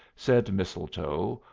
said mistletoe,